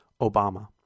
Obama